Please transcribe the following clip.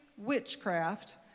witchcraft